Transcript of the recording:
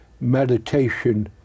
meditation